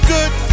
Good